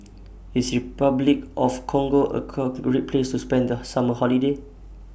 IS Repuclic of Congo A Car Great Place to spend The Summer Holiday